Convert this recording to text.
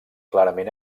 clarament